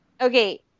Okay